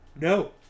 No